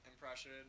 impression